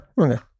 okay